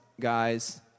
guys